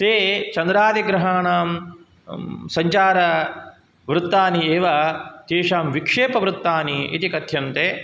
ते चन्द्रादिग्रहाणां सञ्चारवृत्तानि एव तेषां विक्षेपवृत्तानि इति कथ्यन्ते